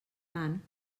tant